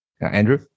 Andrew